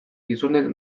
gizonek